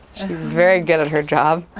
she's very good at her job.